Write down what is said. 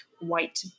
white